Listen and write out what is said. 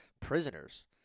prisoners